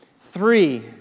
Three